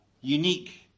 Unique